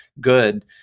good